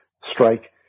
Strike